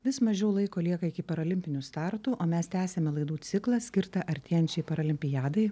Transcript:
vis mažiau laiko lieka iki parolimpinių startų o mes tęsiame laidų ciklą skirtą artėjančiai paralimpiadai